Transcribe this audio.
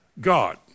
God